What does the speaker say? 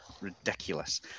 Ridiculous